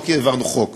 לא כי העברנו חוק.